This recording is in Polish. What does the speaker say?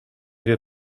wie